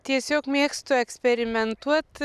tiesiog mėgstu eksperimentuot